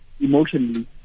emotionally